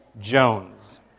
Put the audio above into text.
Jones